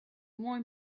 more